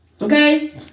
Okay